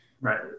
Right